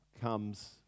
comes